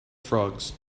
frogs